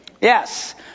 Yes